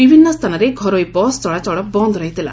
ବିଭିନ୍ନ ସ୍ଚାନରେ ଘରୋଇ ବସ୍ ଚଳାଚଳ ବନ୍ନ ରହିଥିଲା